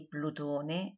Plutone